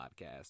podcast